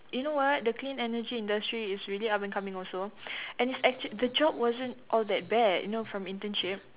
you know what the clean energy industry is really up and coming also and it's actually the job wasn't all that bad you know from internship